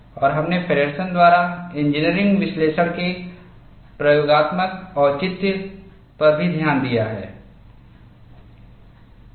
और हमने फेडर्सन द्वारा इंजीनियरिंग विश्लेषण के प्रयोगात्मक औचित्य पर भी ध्यान दिया है